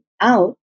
out